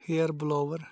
hair blower